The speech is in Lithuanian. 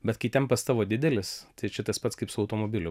bet kai tempas tavo didelis tai čia tas pats kaip su automobiliu